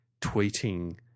tweeting